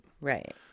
Right